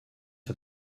for